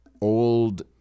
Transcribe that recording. old